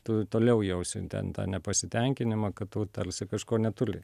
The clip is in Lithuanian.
tu toliau jausi ten tą nepasitenkinimą kad tu talsi kažko netuli